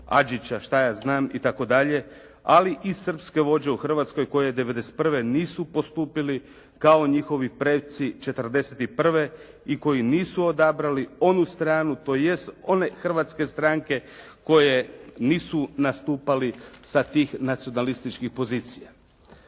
Ađića šta je znam itd., ali i srpske vođe u Hrvatskoj koji '91. nisu postupili kao njihovi preci '41. i koji nisu odabrali onu stranu tj. one hrvatske stranke koje nisu nastupale sa tih nacionalističkih pozicija.